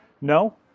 no